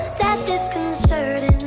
that disconcerting